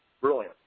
Brilliant